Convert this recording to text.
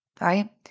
right